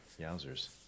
Yowzers